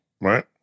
Right